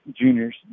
juniors